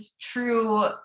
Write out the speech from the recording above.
true